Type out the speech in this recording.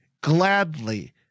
gladly